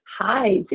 Hi